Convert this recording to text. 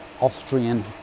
Austrian